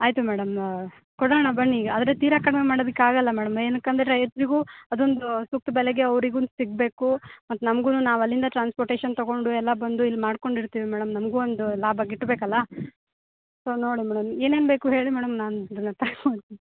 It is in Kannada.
ಆಯಿತು ಮೇಡಮ್ ಕೊಡೋಣ ಬನ್ನಿ ಆದರೆ ತೀರಾ ಕಡಿಮೆ ಮಾಡೋದಿಕ್ ಆಗೋಲ್ಲ ಮೇಡಮ್ ಏನಕ್ಕಂದರೆ ರೈತರಿಗೂ ಅದೊಂದು ಸೂಕ್ತ ಬೆಲೆಗೆ ಅವರಿಗೂ ಸಿಗಬೇಕು ಮತ್ತು ನಮ್ಗೂ ನಾವಲ್ಲಿಂದ ಟ್ರಾನ್ಸ್ಪೋರ್ಟೇಷನ್ ತೊಗೊಂಡು ಎಲ್ಲ ಬಂದು ಇಲ್ಲಿ ಮಾಡ್ಕೊಂಡಿರ್ತೀವಿ ಮೇಡಮ್ ನಮಗೂ ಒಂದು ಲಾಭ ಗಿಟ್ಟಬೇಕಲ್ಲ ಸೊ ನೋಡಿ ಮೇಡಮ್ ಏನೇನು ಬೇಕು ಹೇಳಿ ಮೇಡಮ್ ನಾನು ಇದನ್ನು